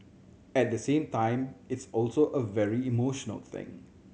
at the same time it's also a very emotional thing